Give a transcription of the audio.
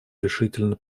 решительно